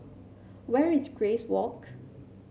where is Grace Walk